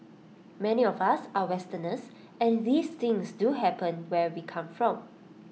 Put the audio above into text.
many of us are Westerners and these things do happen where we come from